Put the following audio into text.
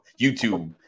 youtube